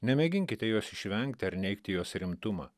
nemėginkite jos išvengti ar neigti jos rimtumą